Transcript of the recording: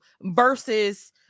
versus